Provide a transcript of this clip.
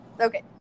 okay